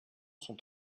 sont